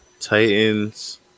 Titans